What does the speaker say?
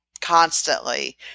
constantly